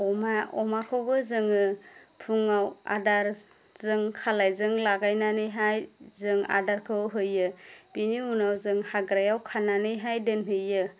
अमा अमाखौबो जोङो फुङाव आदार जों खालायजों लागायनानैहाय जों आदारखौ होयो बिनि उनाव जों हाग्रायाव खानानैहाय दोनहैयो